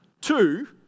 Two